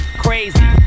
crazy